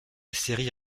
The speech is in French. série